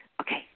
Okay